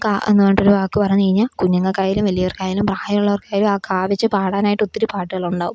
ക എന്നു പറഞ്ഞിട്ടൊരു വാക്ക് പറഞ്ഞേയ്ഞ്ഞാ കുഞ്ഞുങ്ങള്ക്കായാലും വലിയവർക്കായാലും പ്രായമുള്ളവർക്കായാലും ആ ക വച്ച് പാടാനായിട്ടൊത്തിരി പാട്ടുകളുണ്ടാവും